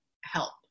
help